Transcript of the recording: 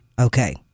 Okay